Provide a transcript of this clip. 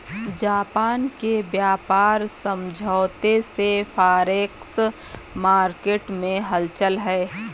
Japan के व्यापार समझौते से फॉरेक्स मार्केट में हलचल है